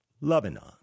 Lebanon